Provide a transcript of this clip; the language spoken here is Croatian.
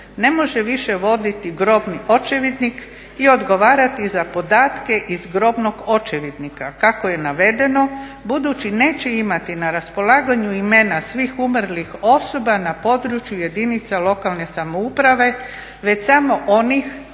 ne može više voditi grobni očevidnik i odgovarati za podatke iz grobnog očevidnika kako je navedeno budući neće imati na raspolaganju imena svih umrlih osoba na području jedinica lokalne samouprave već samo onih